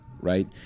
right